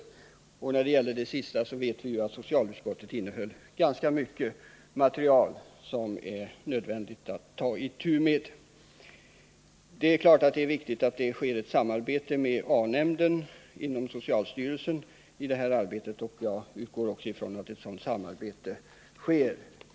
När det gäller det sista vet vi att socialutskottets betänkande innehöll ganska mycket material som är nödvändigt att ta itu med. Det är viktigt att det sker ett samarbete med nämnden för alkoholfrågor inom socialstyrelsen i de här frågorna, och jag utgår från att så är fallet.